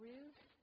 Ruth